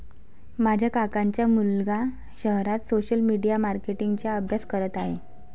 माझ्या काकांचा मुलगा शहरात सोशल मीडिया मार्केटिंग चा अभ्यास करत आहे